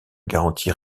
garantit